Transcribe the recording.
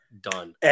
done